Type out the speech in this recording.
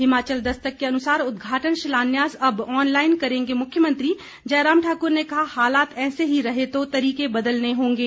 हिमाचल दस्तक के अनुसार उदघाटन शिलान्यास अब ऑनलाईन करेंगे मुख्यमंत्री जयराम ठाकुर ने कहा हालात ऐसे ही रहे तो तरीके बदलने होंगे